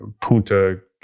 Punta